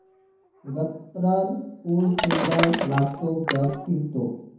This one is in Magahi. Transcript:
गत्त्रर फूल सुंदर लाग्तोक जब खिल तोक